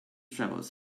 travels